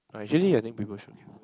ah actually I think people should knew